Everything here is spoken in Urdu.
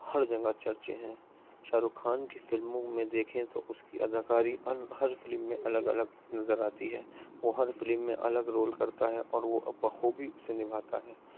ہر جگہ چرچے ہیں شاہ رخ خان کی فلموں میں دیکھیں تو اس کی اداکاری ار ہر فلم میں الگ الگ نظر آتی ہے وہ ہر فلم میں الگ رول کرتا ہے اور وہ اب بخوبی اسے نبھاتا ہے